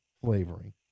flavoring